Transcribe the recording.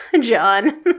John